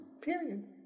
Period